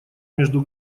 между